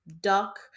duck